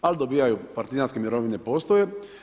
Al dobijaju partizanske mirovine postoje.